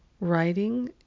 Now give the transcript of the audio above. writing